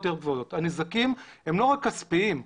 הנזקים הם לא רק כספיים,